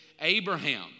Abraham